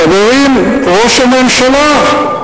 חברים, ראש הממשלה.